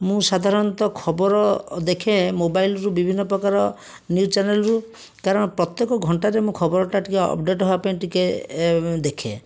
ମୁଁ ସାଧାରଣତଃ ଖବର ଦେଖେ ମୋବାଇଲରୁ ବିଭିନ୍ନ ପ୍ରକାର ନ୍ୟୁଜ୍ ଚ୍ୟାନେଲ୍ରୁ କାରଣ ପ୍ରତ୍ୟେକ ଘଣ୍ଟାରେ ମୁଁ ଖବରଟା ଟିକିଏ ଅପଡ଼େଟ୍ ହେବା ପାଇଁ ଟିକିଏ ଦେଖେ